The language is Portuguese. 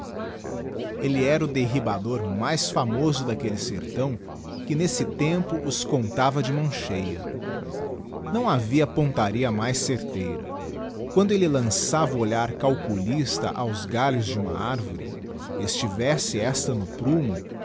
eue era o derribador mais famoso d'aquelle sertão que nesse tempo os contava de mão cheia não havia pontaria mais certeira quando elle lançava o olhar calculista aos galhos de uma arvore estivesse esta no prumo